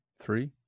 Three